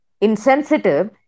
insensitive